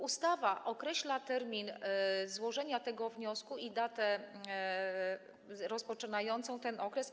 Ustawa określa termin złożenia tego wniosku i datę rozpoczynającą ten okres,